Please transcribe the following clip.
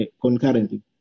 concurrently